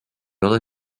ole